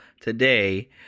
today